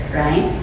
right